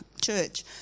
church